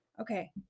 Okay